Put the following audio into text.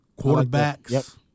Quarterbacks